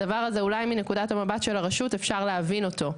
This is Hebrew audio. הדבר הזה אולי מנקודת המבט של הרשות אפשר להבין אותו,